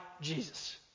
Jesus